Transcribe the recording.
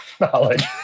knowledge